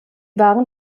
waren